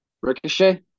Ricochet